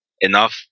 enough